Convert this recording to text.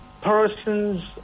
persons